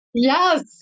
Yes